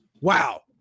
Wow